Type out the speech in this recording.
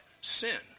sin